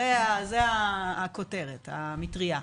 זאת הכותרת, המטרייה.